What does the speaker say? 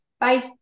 Bye